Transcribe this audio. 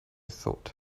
thought